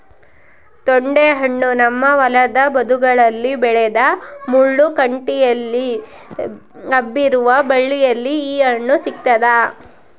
ತೊಂಡೆಹಣ್ಣು ನಮ್ಮ ಹೊಲದ ಬದುಗಳಲ್ಲಿ ಬೆಳೆದ ಮುಳ್ಳು ಕಂಟಿಯಲ್ಲಿ ಹಬ್ಬಿರುವ ಬಳ್ಳಿಯಲ್ಲಿ ಈ ಹಣ್ಣು ಸಿಗ್ತಾದ